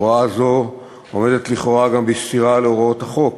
הוראה זו עומדת לכאורה גם בסתירה להוראות החוק